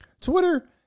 Twitter